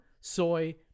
soy